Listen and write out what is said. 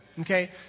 Okay